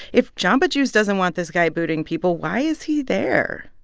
if jamba juice doesn't want this guy booting people, why is he there?